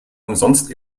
umsonst